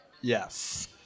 Yes